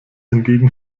hingegen